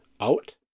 out